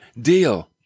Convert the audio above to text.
deal